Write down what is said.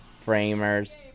framers